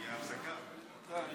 אוקיי, בסדר.